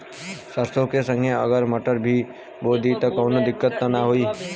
सरसो के संगे अगर मटर भी बो दी त कवनो दिक्कत त ना होय?